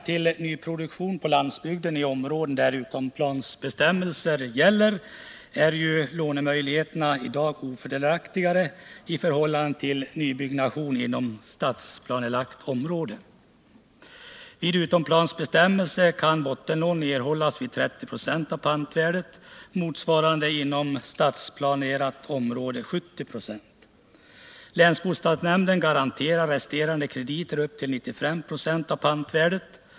För nyproduktion på landsbygden i områden där utomplansbestämmelser gäller är lånemöjligheterna i dag ofördelaktigare än när det gäller nybyggnation inom stadsplanelagt område. Där utomplansbestämmelser gäller kan bottenlån erhållas vid 30 96 av pantvärdet, medan motsvarande siffra när det gäller stadsplanerade områden är 70 26. Länsbostadsnämnden garanterar resterande krediter upp till 95 26 av pantvärdet.